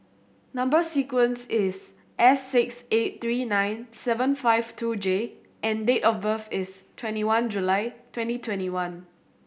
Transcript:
number sequence is S six eight three nine seven five two J and date of birth is twenty one July twenty twenty one